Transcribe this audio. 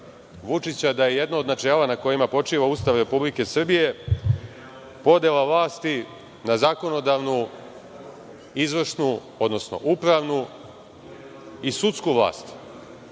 Vučića, da je jedno od načela na kojima počiva Ustav Republike Srbije podela vlasti na zakonodavnu, izvršnu, odnosno upravnu i sudsku vlast.